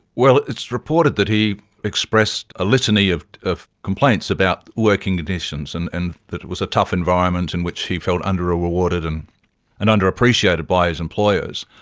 it's reported that he expressed a litany of of complaints about working conditions, and and that it was a tough environment in which he felt under-rewarded and and underappreciated by his employers.